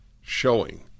showing